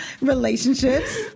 relationships